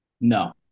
No